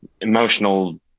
emotional